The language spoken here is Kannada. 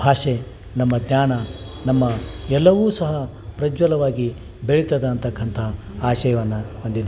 ಭಾಷೆ ನಮ್ಮ ಜ್ಞಾನ ನಮ್ಮ ಎಲ್ಲವೂ ಸಹ ಪ್ರಜ್ವಲವಾಗಿ ಬೆಳಿತದೆ ಅಂತಕ್ಕಂಥ ಆಶಯವನ್ನು ಹೊಂದಿದೆ